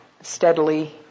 steadily